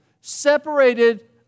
separated